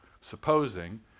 supposing